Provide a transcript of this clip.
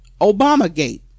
Obamagate